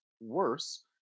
worse